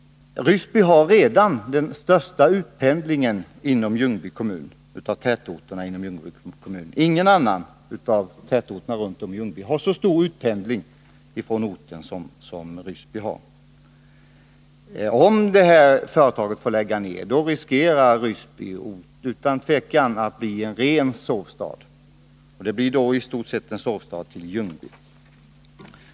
Ryssby har redan den största utpendlingen av tätorterna inom Ljungby kommun. Om Etri får lägga ner tillverkningen, riskerar Ryssby utan tvivel att bli en ren sovstad till Ljungby.